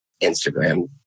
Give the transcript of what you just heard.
Instagram